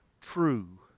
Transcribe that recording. true